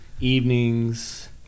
evenings